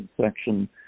section